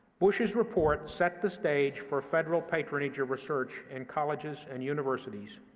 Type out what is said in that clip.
bush's report set the stage for federal patronage of research in colleges and universities,